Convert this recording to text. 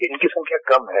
इनकी संख्या कम है